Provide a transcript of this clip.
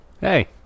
Hey